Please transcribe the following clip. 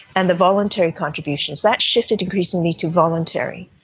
and the voluntary contributions. that shifted increasingly to voluntary,